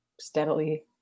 steadily